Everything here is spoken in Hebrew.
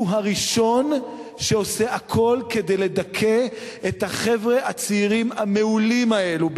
הוא הראשון שעושה הכול כדי לדכא את החבר'ה הצעירים המעולים האלו,